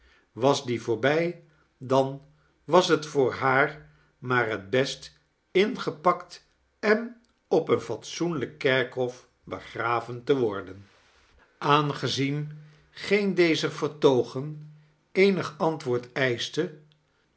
was die voorbij dan was het voor haar maar het best ingepakt en op een fatsoenlijk kerkhof begraven te worden aangezien geen dezer vertoogen eenig antwoord eischte